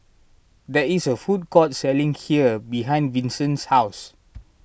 there is a food court selling Kheer behind Vinson's house